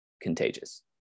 contagious